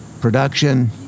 production